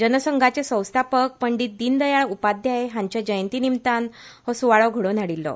जनसंघाचे संस्थापक पंडीत दीनदयाळ उपाध्याय हांच्या जयंती निमतान हो सुवाळो घडोवन हाडिल्लो